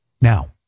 now